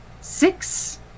Six